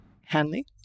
Hanley